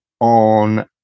on